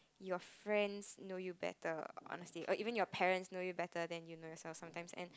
your friends know you better honesty or even your parents know you better then you know yourself sometimes and